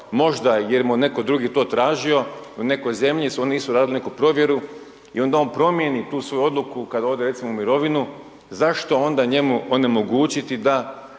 možda jer mu je netko drugi to tražio u nekoj zemlji jer oni nisu radili neku provjeru i onda on promjeni tu svoju odluku kada ode recimo u mirovinu. Zašto onda njemu onemogućiti da